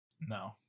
No